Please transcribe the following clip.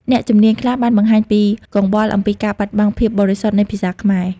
អ្នកជំនាញខ្លះបានបង្ហាញពីកង្វល់អំពីការបាត់បង់ភាពបរិសុទ្ធនៃភាសាខ្មែរ។